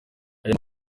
ayo